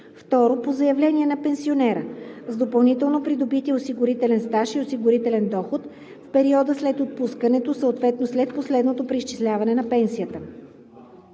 2. по заявление на пенсионера – с допълнително придобития осигурителния стаж и осигурителен доход в периода след отпускането, съответно след последното преизчисляване на пенсията.